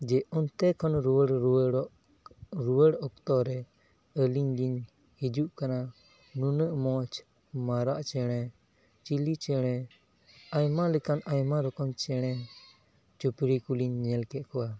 ᱡᱮ ᱚᱱᱛᱮ ᱠᱷᱚᱱ ᱨᱩᱣᱟᱹᱲ ᱨᱩᱣᱟᱹᱲᱚᱜ ᱨᱩᱣᱟᱹᱲ ᱚᱠᱛᱚ ᱨᱮ ᱟᱹᱞᱤᱧ ᱞᱤᱧ ᱦᱤᱡᱩᱜ ᱠᱟᱱᱟ ᱱᱩᱱᱟᱹᱜ ᱢᱚᱡᱽ ᱢᱟᱨᱟᱜ ᱪᱮᱬᱮ ᱪᱤᱞᱤ ᱪᱮᱬᱮ ᱟᱭᱢᱟ ᱞᱮᱠᱟᱱ ᱟᱭᱢᱟ ᱨᱚᱠᱚᱢ ᱪᱮᱬᱮ ᱪᱤᱯᱨᱩᱫ ᱠᱚᱞᱤᱧ ᱧᱮᱞ ᱠᱮᱫ ᱠᱚᱣᱟ